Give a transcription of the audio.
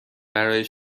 برای